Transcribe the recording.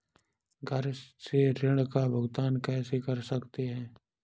घर से ऋण का भुगतान कैसे कर सकते हैं?